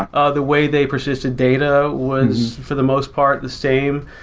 ah ah the way they persisted data was for the most part the same.